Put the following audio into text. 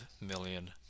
million